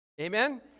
Amen